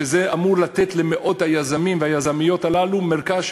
וזה אמור לתת למאות היזמים והיזמיות הללו מרכז,